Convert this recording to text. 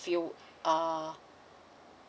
you are